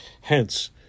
Hence